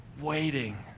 waiting